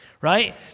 right